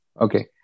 Okay